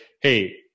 Hey